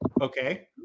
Okay